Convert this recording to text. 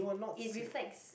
it reflects